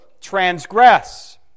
transgress